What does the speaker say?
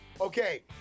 okay